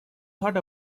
thought